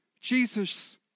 Jesus